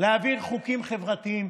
להעביר חוקים חברתיים,